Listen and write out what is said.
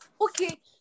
okay